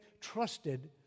trusted